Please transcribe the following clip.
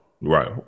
Right